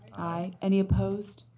aye. any opposed?